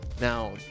Now